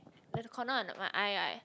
the corner of my eye right